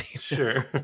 Sure